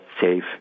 safe